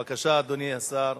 בבקשה, אדוני השר,